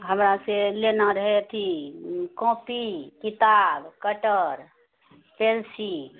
हमरा से लेना रहै अथि कॉपी किताब कटर पेन्सिल